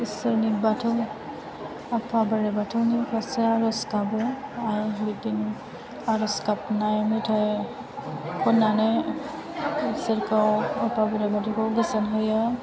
इसोर आफा बोराय बाथौनि फारसे आरज गाबो बिदिनो आरज गाबनाय मेथाइ खनानै आफा ईसोरखौ आफा बोराय बाथौखौ गोजोन होयो